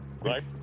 right